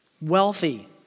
wealthy